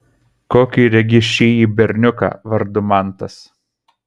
kokį regi šįjį berniuką vardu mantas